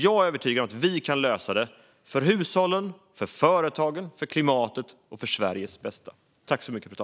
Jag är övertygad om att vi kan lösa det för hushållens, företagens, klimatets och Sveriges bästa.